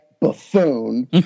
buffoon